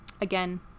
Again